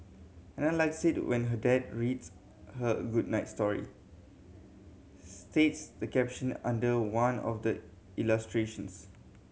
Ana likes it when her dad reads her a good night story states the caption under one of the illustrations